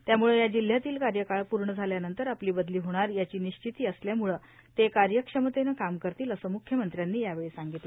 त्याम्ळं त्या जिल्ह्यातील कार्यकाळ पूर्ण झाल्यानंतर आपली बदली होणार याची निश्चिती असल्यामुळं ते कार्यक्षमतेनं कामं करतीलर असं म्ख्यमंत्र्यांनी यावेळी सांगितलं